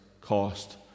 cost